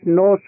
no